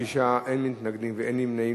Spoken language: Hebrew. שישה בעד, אין מתנגדים ואין נמנעים.